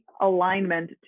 alignment